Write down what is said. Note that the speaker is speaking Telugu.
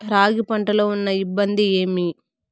రాగి పంటలో ఉన్న ఇబ్బంది ఏమి?